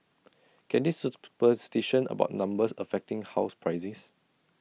can this superstition about numbers affect housing prices